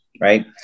right